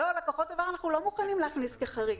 לקוחות עבר אנחנו לא מוכנים להכניס כחריג.